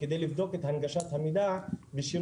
על מנת לבדוק את הנגשת המידע בשילוט